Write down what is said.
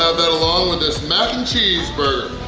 ah that along with this mac and cheese burger.